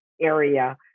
area